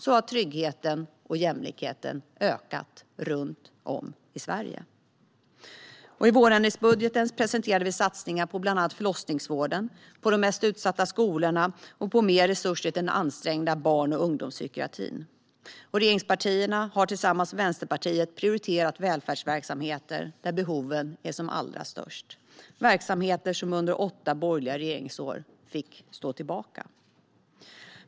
Så har tryggheten och jämlikheten ökat runt om i Sverige. I vårändringsbudgeten presenterade vi satsningar på bland annat förlossningsvården, på de mest utsatta skolorna och på mer resurser till den ansträngda barn och ungdomspsykiatrin. Regeringspartierna har tillsammans med Vänsterpartiet prioriterat välfärdsverksamheter där behoven är som allra störst, verksamheter som under åtta borgerliga regeringsår fick stå tillbaka.